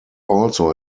also